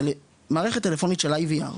זה מערכת טלפונית של IVR,